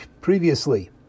previously